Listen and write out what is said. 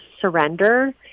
surrender